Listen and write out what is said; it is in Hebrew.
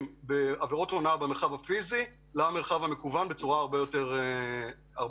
מעבירות הונאה במרחב הפיזי למרחב המקוון בצורה הרבה יותר אפקטיבית.